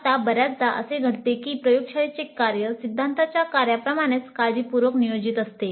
आता बर्याचदा असे घडते की प्रयोगशाळेचे कार्य सिद्धांताच्या कार्याप्रमाणेच काळजीपूर्वक नियोजित नसते